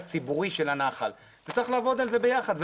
ציבורי של הנחל וצריך לעבוד על זה ביחד.